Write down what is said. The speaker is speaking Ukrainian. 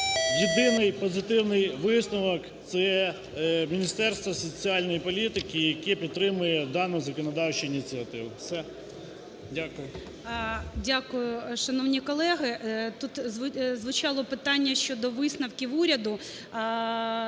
Єдиний позитивний висновок, це Міністерство соціальної політики, яке підтримує дану законодавчу ініціативу. Все. Дякую. ГОЛОВУЮЧИЙ. Дякую. Шановні колеги, тут звучало питання щодо висновків уряду.